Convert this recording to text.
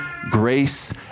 grace